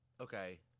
Okay